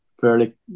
fairly